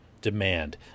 demand